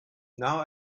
now